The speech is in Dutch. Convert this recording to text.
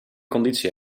conditie